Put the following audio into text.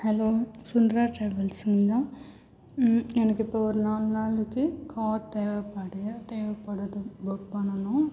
hello Sundara டிராவல்ஸுங்களா எனக்கு இப்போது ஒரு நாலு நாளுக்கு கார் தேவைப்படு தேவைப்படுது புக் பண்ணணும்